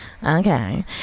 Okay